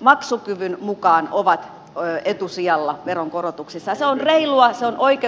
maksukyvyn mukaan ovat etusijalla veronkorotuksissa ja se on reilua se on oikeudenmukaista